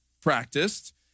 practiced